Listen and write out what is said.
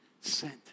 sent